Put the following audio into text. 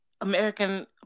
American